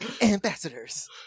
Ambassadors